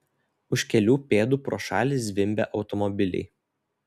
už kelių pėdų pro šalį zvimbė automobiliai